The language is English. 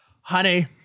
Honey